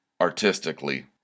artistically